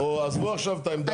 או עזבו עכשיו את העמדה הכללית.